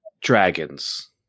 dragons